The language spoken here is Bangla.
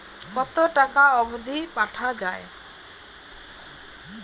কতো টাকা অবধি পাঠা য়ায়?